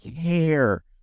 care